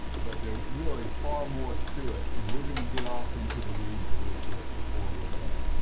but there's really far more to it and we're going to get off into the weeds a little bit before we're done.